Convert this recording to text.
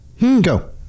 go